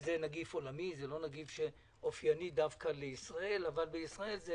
שזה נגיף עולמי, אבל בישראל זה